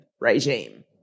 regime